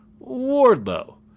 Wardlow